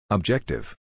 Objective